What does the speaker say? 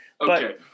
Okay